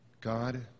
God